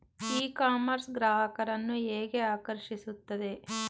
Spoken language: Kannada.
ಇ ಕಾಮರ್ಸ್ ಗ್ರಾಹಕರನ್ನು ಹೇಗೆ ಆಕರ್ಷಿಸುತ್ತದೆ?